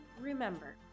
remember